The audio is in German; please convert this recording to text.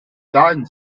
sagen